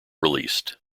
released